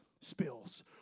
spills